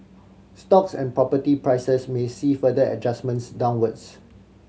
stocks and property prices may see further adjustments downwards